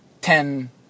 ten